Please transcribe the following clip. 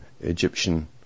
Egyptian